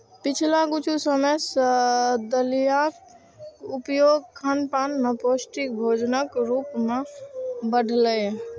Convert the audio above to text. पिछला किछु समय सं दलियाक उपयोग खानपान मे पौष्टिक भोजनक रूप मे बढ़लैए